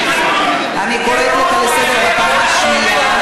אני קוראת אותך לסדר פעם שנייה.